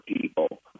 people